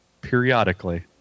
periodically